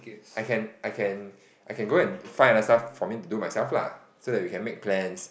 I can I can I can go and find another stuff for me to do myself lah so that we can make plans